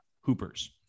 hoopers